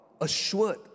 assured